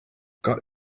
got